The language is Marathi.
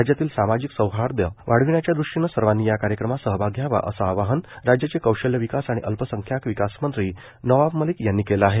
राज्यातील सामाजिक सौहार्द वाढविण्याच्या दृष्टीनं सर्वांनी या कार्यक्रमात सहभाग घ्यावा असं आवाहन राज्याचे कौशल्य विकास आणि अल्पसंख्याक विकासमंत्री नवाब मलिक यांनी केलं आहे